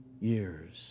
years